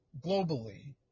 globally